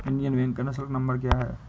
Indian bank का निःशुल्क नंबर क्या है?